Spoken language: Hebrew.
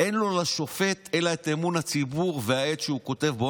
אין לו לשופט אלא את אמון הציבור ואת העט שהוא כותב בו.